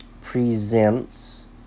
presents